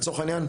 לצורך העניין,